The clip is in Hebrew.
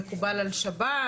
מקובל על שב"ס?